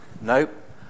Nope